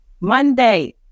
Monday